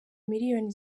miliyoni